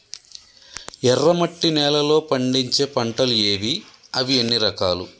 ఎర్రమట్టి నేలలో పండించే పంటలు ఏవి? అవి ఎన్ని రకాలు?